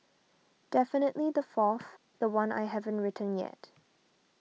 definitely the fourth the one I haven't written yet